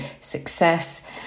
success